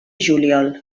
juliol